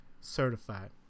certified